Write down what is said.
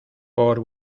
por